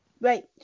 Right